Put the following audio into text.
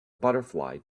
butterfly